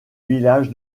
village